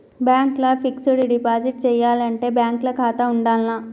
Bank ల fixed deposit చేయాలంటే bank ల ఖాతా ఉండాల్నా?